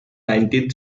nineteenth